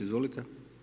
Izvolite.